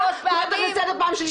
אני קוראת אותך לסדר פעם שלישית.